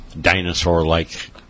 dinosaur-like